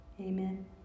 Amen